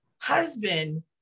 husband